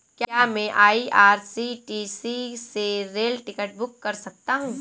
क्या मैं आई.आर.सी.टी.सी से रेल टिकट बुक कर सकता हूँ?